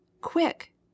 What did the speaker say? Quick